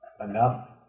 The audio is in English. enough